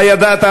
הידעת,